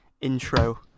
intro